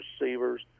receivers